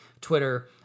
Twitter